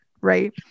right